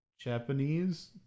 Japanese